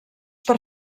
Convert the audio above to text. per